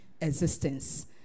existence